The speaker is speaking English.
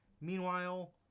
Meanwhile